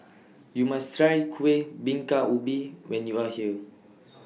YOU must Try Kuih Bingka Ubi when YOU Are here